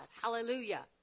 Hallelujah